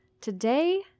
today